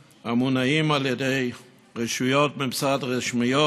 אנחנו נמצאים במשבר גדול,